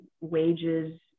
wages